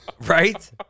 Right